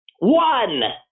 One